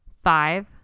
Five